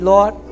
Lord